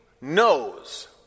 knows